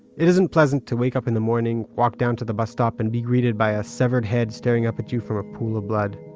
it isn't pleasant to wake up in the morning, walk down to the bus stop and be greeted by a severed head staring up at you from a pool of blood.